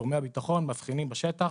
גורמי הביטחון מבחינים בשטח,